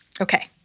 Okay